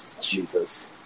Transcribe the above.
Jesus